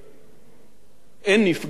באין נפגעים בצד הישראלי,